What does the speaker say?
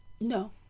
no